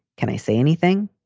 can i say anything?